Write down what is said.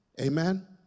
Amen